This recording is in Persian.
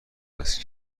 است